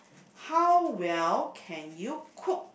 how well can you cook